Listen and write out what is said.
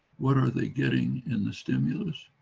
what are they getting in the stimulus?